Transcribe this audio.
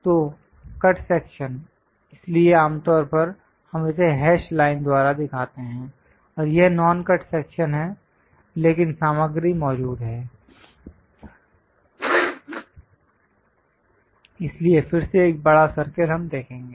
तो cut section इसलिए आमतौर पर हम इसे हैश लाइन द्वारा दिखाते हैं और यह नॉन कट सेक्शन है लेकिन सामग्री मौजूद है इसलिए फिर से एक बड़ा सर्कल हम देखेंगे